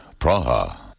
Praha